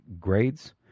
Grades